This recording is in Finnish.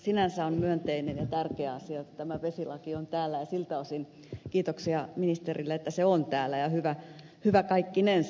sinänsä on myönteinen ja tärkeä asia että tämä vesilaki on täällä ja siltä osin kiitoksia ministerille että se on täällä ja hyvä kaikkinensa